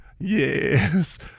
Yes